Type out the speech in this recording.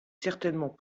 certainement